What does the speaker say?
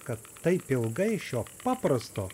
kad taip ilgai šio paprasto